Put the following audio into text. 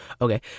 okay